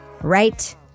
right